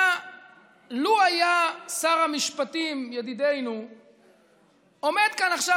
לו היה שר המשפטים ידידנו עומד כאן עכשיו